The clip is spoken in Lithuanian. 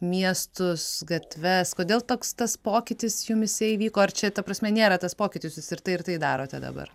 miestus gatves kodėl toks tas pokytis jumyse įvyko ar čia ta prasme nėra tas pokytis jūs ir tai ir tai darote dabar